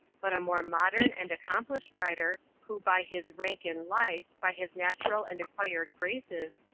but a more modern and accomplished writer who by his rank in life, by his natural and acquired graces,